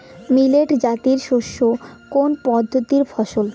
Millet জাতীয় শস্য কোন কৃষি পদ্ধতির ফসল?